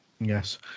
Yes